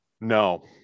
No